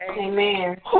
Amen